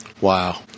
wow